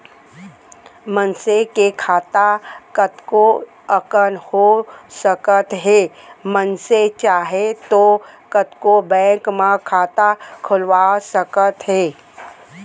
मनसे के खाता कतको अकन हो सकत हे मनसे चाहे तौ कतको बेंक म खाता खोलवा सकत हे